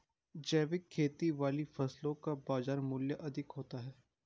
जैविक खेती वाली फसलों का बाजार मूल्य अधिक होता है